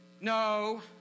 no